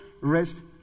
rest